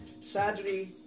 Sadly